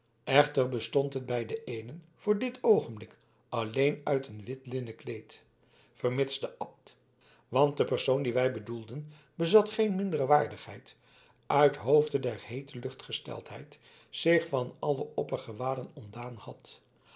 echter bestond het bij den eenen voor dit oogenblik alleen uit een wit linnen kleed vermits de abt want de persoon dien wij bedoelen bezat geen mindere waardigheid uithoofde der heete luchtsgesteldheid zich van alle oppergewaden ontdaan had